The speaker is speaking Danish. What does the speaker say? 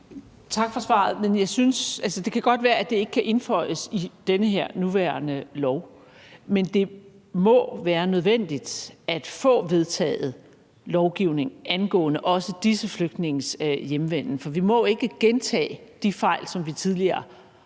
Tak for svaret. Altså, det kan godt være, at det ikke kan indføjes i den her nuværende lov, men det må være nødvendigt at få vedtaget lovgivning angående også disse flygtninges hjemvenden. For vi må ikke gentage de fejl, som vi tidligere har